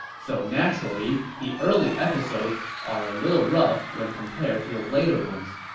so naturally the early episodes are a little rough when compared to the later ones.